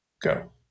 go